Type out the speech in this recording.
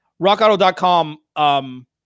rockauto.com